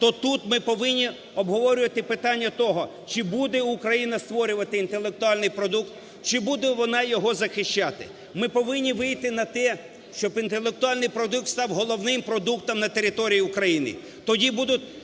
то тут ми повинні обговорювати питання того, чи буде Україна створювати інтелектуальний продукт, чи буде вона його захищати. Ми повинні війти на те, щоб інтелектуальний продукт став головним продуктом на території України,